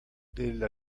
della